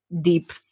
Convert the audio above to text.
deep